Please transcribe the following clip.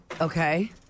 Okay